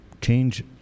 change